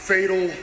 Fatal